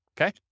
Okay